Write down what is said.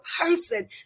person